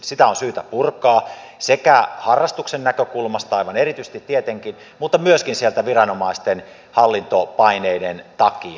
sitä on syytä purkaa sekä harrastuksen näkökulmasta aivan erityisesti tietenkin että myöskin viranomaisten hallintopaineiden takia